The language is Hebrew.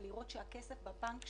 לראות שהכסף בבנק,